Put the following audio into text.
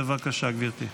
בבקשה, גברתי.